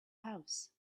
house